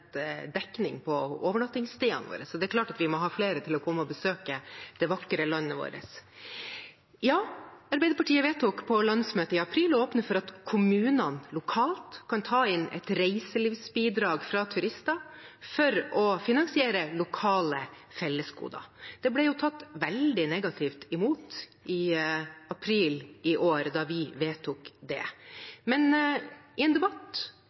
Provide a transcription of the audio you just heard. dekning på overnattingsstedene våre, så det er klart at vi må ha flere til å besøke det vakre landet vårt. Arbeiderpartiet vedtok på landsmøtet i april å åpne for at kommunene lokalt kan ta inn et reiselivsbidrag fra turister for å finansiere lokale fellesgoder. Det ble tatt veldig negativt imot i april i år da vi vedtok det, men i en debatt